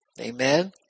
Amen